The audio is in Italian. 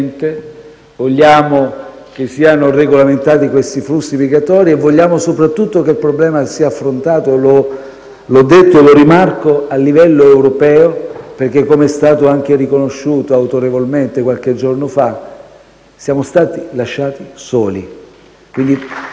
migratori siano regolamentati e, soprattutto, che il problema sia affrontato - l'ho detto e lo rimarco - a livello europeo, perché, com'è stato anche riconosciuto autorevolmente qualche giorno fa, siamo stati lasciati soli.